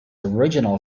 original